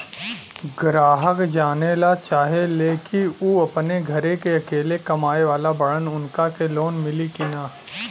ग्राहक जानेला चाहे ले की ऊ अपने घरे के अकेले कमाये वाला बड़न उनका के लोन मिली कि न?